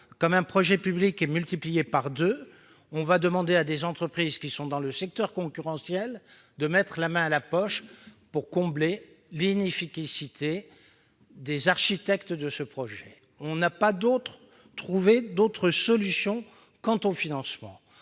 que son coût est multiplié par deux, on va demander à des entreprises du secteur concurrentiel de mettre la main à la poche pour combler l'inefficacité des architectes de ce projet. On n'a pas d'autre solution pour ce financement.